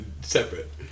separate